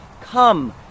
come